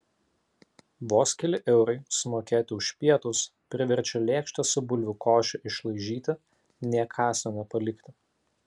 vos keli eurai sumokėti už pietus priverčia lėkštę su bulvių koše išlaižyti nė kąsnio nepalikti